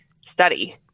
study